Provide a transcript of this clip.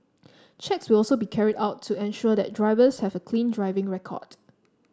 checks will also be carried out to ensure that drivers have a clean driving record